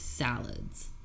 Salads